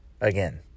again